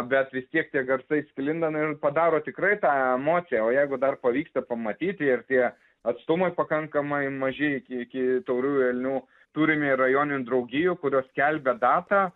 bet vis tiek tie garsai sklinda na ir padaro tikrai tą emociją o jeigu dar pavyksta pamatyti ir tie atstumai pakankamai maži iki iki tauriųjų elnių turime ir rajoninių draugijų kurios skelbia datą